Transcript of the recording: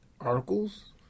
articles